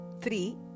three